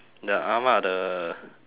the ah ma the